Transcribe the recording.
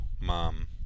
Mom